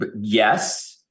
yes